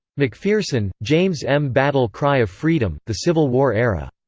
mcpherson, james m. battle cry of freedom the civil war era.